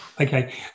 Okay